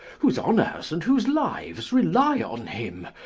whose honours and whose lives rely on him,